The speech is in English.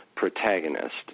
Protagonist